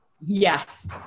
Yes